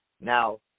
Now